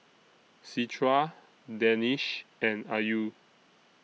Citra Danish and Ayu